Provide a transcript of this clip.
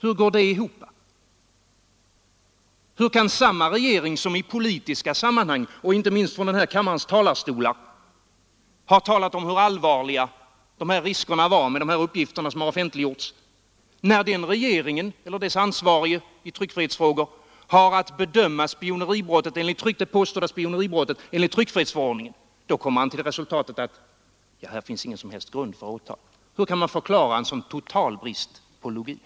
Hur kan det gå ihop att regeringen i olika politiska sammanhang — inte minst från denna kammares talarstol — talar om hur allvarliga riskerna är med de uppgifter som offentliggjorts, och sedan kommer samma regerings ansvarige i tryckfrihetsfrågor, när han bedömer det påstådda spioneribrottet enligt tryckfrihetsförordningen, till det resultatet att här finns inte någon som helst grund för åtal? Hur kan man klara en sådan total brist på logik?